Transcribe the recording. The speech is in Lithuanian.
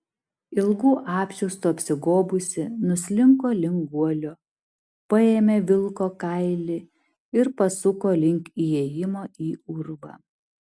ilgu apsiaustu apsigobusi nuslinko link guolio paėmė vilko kailį ir pasuko link įėjimo į urvą